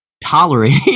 tolerating